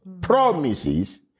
promises